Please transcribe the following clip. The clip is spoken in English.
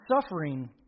suffering